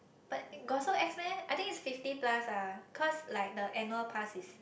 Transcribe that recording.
but got so ex meh I think it's fifty plus ah cause like the annual pass is